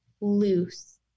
loose